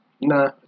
Nah